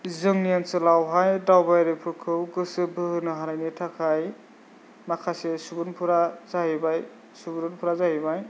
जोंनि ओनसोलावहाय दावबायारिफोरखौ गोसो बोहोनो हानायनि थाखाय माखासे सुबुरुनफोरा जाहैबाय सुबुरुनफोरा जाहैबाय